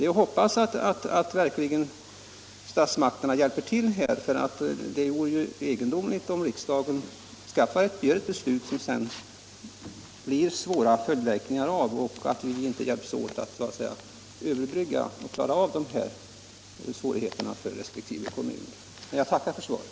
Jag hoppas verkligen att statsmakterna hjälper till, för det vore egendomligt om riksdagen skulle fatta ett beslut som leder till svåra följdverkningar utan att vi då hjälps åt att klara av svårigheterna för resp. kommun. Men jag tackar för svaret.